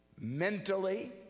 mentally